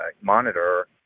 monitor